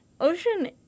Ocean